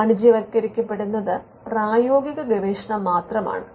വാണിജ്യവത്ക്കരിക്കപ്പെടുന്നത് പ്രായോഗിക ഗവേഷണം മാത്രമാണ്